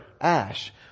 ash